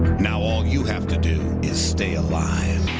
now all you have to do is stay alive.